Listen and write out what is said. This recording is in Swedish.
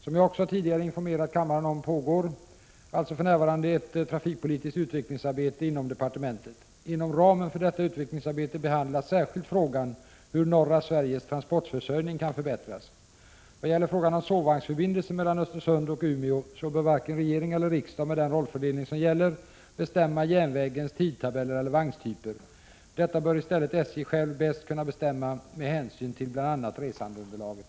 Som jag också tidigare informerat kammaren om pågår för närvarande ett trafikpolitiskt utvecklingsarbete inom kommunikationsdepartementet. Inom ramen för detta utvecklingsarbete behandlas särskilt frågan hur norra Sveriges transportförsörjning kan förbättras. Vad gäller frågan om sovvagnsförbindelsen mellan Östersund och Umeå bör varken regering eller riksdag, med den rollfördelning som gäller, bestämma järnvägens tidtabeller eller vagnstyper. Detta bör i stället rimligen SJ självt bäst kunna bestämma med hänsyn till bl.a. resandeunderlaget.